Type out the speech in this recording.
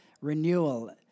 renewal